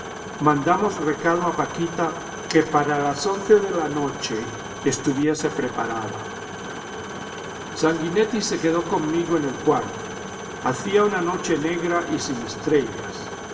mandamos recado a paquita que para las once de la noche estuviese preparada sanguinetti se quedó conmigo en el cuarto hacía una noche negra y sin estrellas